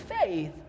faith